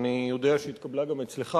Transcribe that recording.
אני יודע שהיא התקבלה גם אצלך,